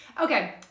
Okay